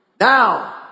Now